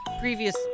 previous